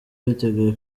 biteguye